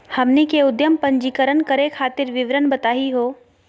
हमनी के उद्यम पंजीकरण करे खातीर विवरण बताही हो?